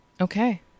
Okay